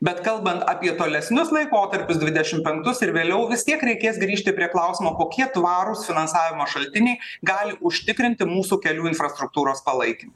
bet kalbant apie tolesnius laikotarpius dvidešim penktus ir vėliau vis tiek reikės grįžti prie klausimo kokie tvarūs finansavimo šaltiniai gali užtikrinti mūsų kelių infrastruktūros palaikym